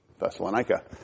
Thessalonica